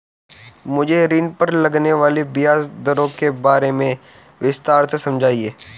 मुझे ऋण पर लगने वाली ब्याज दरों के बारे में विस्तार से समझाएं